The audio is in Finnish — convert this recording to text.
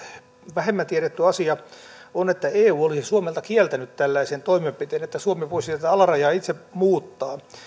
vähemmän tiedetty asia on että eu olisi suomelta kieltänyt tällaisen toimenpiteen että suomi voisi tätä alarajaa itse muuttaa